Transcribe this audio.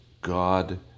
God